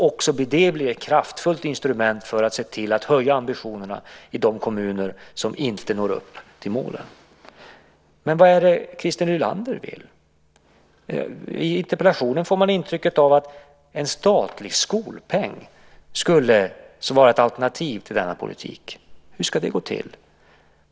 Också det blir ett kraftfullt instrument för att se till att höja ambitionerna i de kommuner som inte når upp till målen. Men vad är det Christer Nylander vill? I interpellationen får man intrycket av att en statlig skolpeng skulle vara ett alternativ till denna politik. Hur ska det gå till?